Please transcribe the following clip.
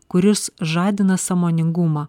kuris žadina sąmoningumą